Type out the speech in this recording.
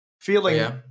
feeling